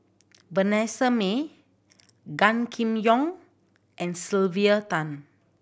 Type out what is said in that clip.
Vanessa Mae Gan Kim Yong and Sylvia Tan